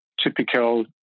typical